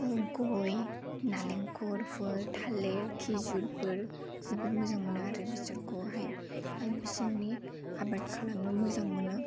गय नालेंखरफोर थालिर खिजुरफोर जोबोद मोजां मोनो आरो बिसोरखौहाय आरो बिसोरनि आबाद खालामनो मोजां मोनो